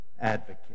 advocate